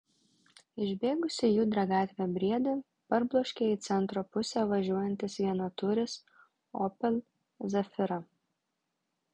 išbėgusį į judrią gatvę briedį parbloškė į centro pusę važiuojantis vienatūris opel zafira